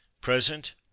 present